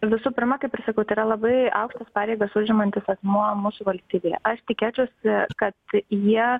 visų pirma kaip ir sakiau tai yra labai aukštas pareigas užimantis asmuo mūsų valstybėje aš tikėčiausi kad jie